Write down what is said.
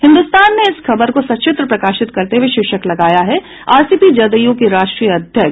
हिन्दुस्तान ने इस खबर को सचित्र प्रकाशित करते हुये शीर्षक लगाया है आरसीपी जदयू के राष्ट्रीय अध्यक्ष